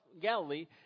Galilee